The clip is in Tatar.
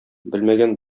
белмәгән